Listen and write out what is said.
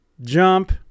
Jump